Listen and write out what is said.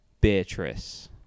Beatrice